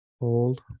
Hold